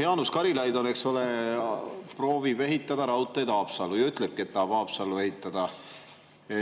Jaanus Karilaid proovib ehitada raudteed Haapsallu ja ütlebki, et proovib Haapsallu ehitada.